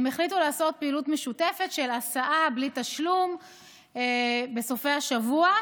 לעשות פעילות משותפת של הסעה בלי תשלום בסופי השבוע.